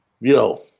Yo